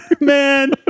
Man